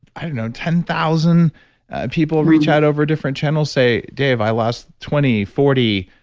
i don't know, ten thousand people reach out over different channels. say dave, i lost twenty, forty,